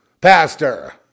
Pastor